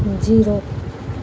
zero